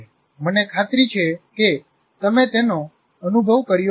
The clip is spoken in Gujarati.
મને ખાતરી છે કે તમે તેનો અનુભવ કર્યો હશે